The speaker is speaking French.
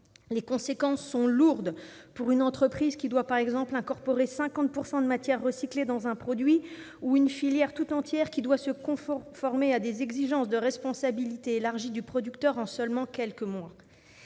Les conséquences sont lourdes pour une entreprise qui doit, par exemple, incorporer 50 % de matière recyclée dans un produit ou pour une filière entière devant se conformer aux exigences de la responsabilité élargie du producteur en seulement quelques mois.